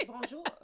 Bonjour